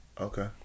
Okay